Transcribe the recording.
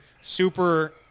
super